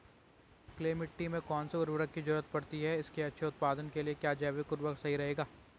Clay मिट्टी में कौन से उर्वरक की जरूरत पड़ती है इसके अच्छे उत्पादन के लिए क्या जैविक उर्वरक सही रहेगा?